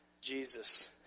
Jesus